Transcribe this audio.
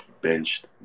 benched